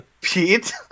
Pete